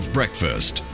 Breakfast